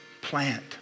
plant